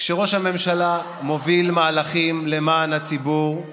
כשראש ממשלה מוביל מהלכים למען הציבור,